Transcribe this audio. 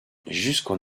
jusqu’en